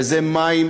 וזה מים.